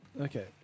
Okay